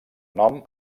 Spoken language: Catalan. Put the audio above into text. nom